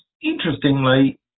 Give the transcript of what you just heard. interestingly